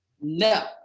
No